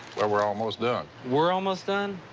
well, we're almost done. we're almost done?